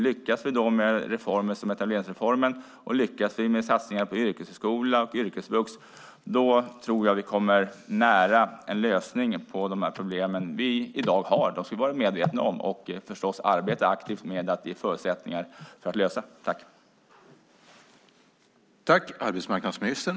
Lyckas vi med en reform som etableringsreformen och med satsningarna på yrkeshögskola och yrkesvux kommer vi, tror jag, nära en lösning på de problem vi i dag har. Dessa problem ska vi vara medvetna om, och vi ska förstås aktivt arbeta med att ge förutsättningar för att lösa problemen.